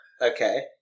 Okay